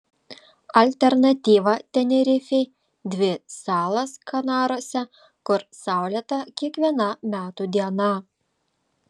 alternatyva tenerifei dvi salos kanaruose kur saulėta kiekviena metų diena